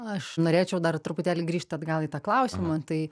aš norėčiau dar truputėlį grįžt atgal į tą klausimą tai